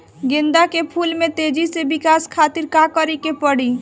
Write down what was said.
गेंदा के फूल में तेजी से विकास खातिर का करे के पड़ी?